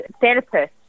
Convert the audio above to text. therapist